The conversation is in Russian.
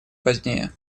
позднее